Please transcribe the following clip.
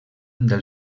del